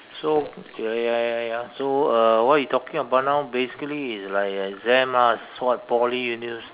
so ya ya ya ya so uh what you talking about now basically is like exam lah what Poly universi~